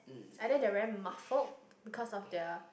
it's either they are very muffled because of their